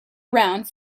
around